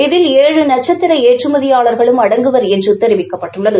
இதில் ஏழு நட்சத்திர ஏற்றுமதியாளர்களும் அடங்குவர் என்று தெரிவிக்கப்பட்டுள்ளது